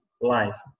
life